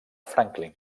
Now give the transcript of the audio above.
franklin